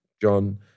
John